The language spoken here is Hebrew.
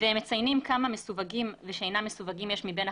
והם מציינים כמה מסווגים ושאינם מסווגים יש מבין החדשים,